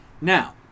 Now